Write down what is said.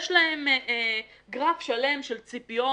יש להם גרף שלם של ציפיות,